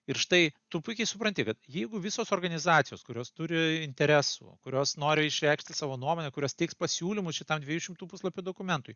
ir štai tu puikiai supranti kad jeigu visos organizacijos kurios turi interesų kurios nori išreikšti savo nuomonę kurios teiks pasiūlymus šitam dviejų šimtų puslapių dokumentui